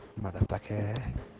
motherfucker